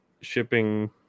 shipping